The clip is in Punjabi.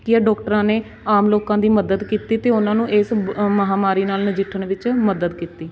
ਕੀ ਹੈ ਡਾਕਟਰਾਂ ਨੇ ਆਮ ਲੋਕਾਂ ਦੀ ਮਦਦ ਕੀਤੀ ਅਤੇ ਉਹਨਾਂ ਨੂੰ ਇਸ ਬ ਮਹਾਂਮਾਰੀ ਨਾਲ ਨਜਿੱਠਣ ਵਿੱਚ ਮਦਦ ਕੀਤੀ